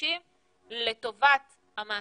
הנדרשים לטובת המעסיקים,